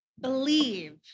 Believe